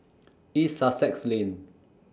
East Sussex Lane